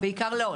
לא.